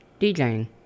DJing